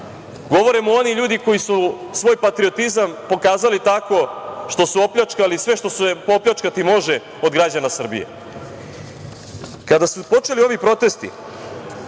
Govore mu oni ljudi koji su svoj patriotizam pokazali tako što su opljačkali sve što se opljačkati može od građana Srbije. Kada su počeli ovi protesti,